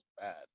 bad